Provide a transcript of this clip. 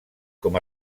com